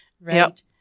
right